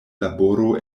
laboro